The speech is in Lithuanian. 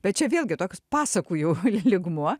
bet čia vėlgi toks pasakų jau lygmuo